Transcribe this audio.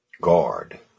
Guard